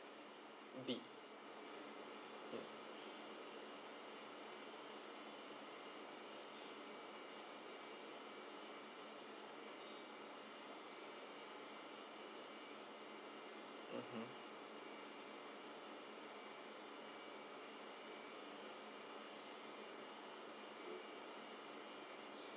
D mm mmhmm